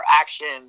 actions